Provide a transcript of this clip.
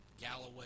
Galloway